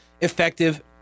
effective